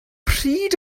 pryd